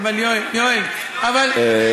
אבל יואל, יואל, לא הגענו לתיאום.